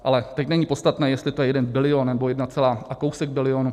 Ale teď není podstatné, jestli je to jeden bilion, nebo jedna celá a kousek bilionu.